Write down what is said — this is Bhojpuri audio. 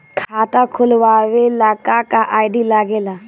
खाता खोलवावे ला का का आई.डी लागेला?